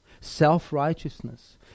self-righteousness